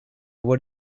what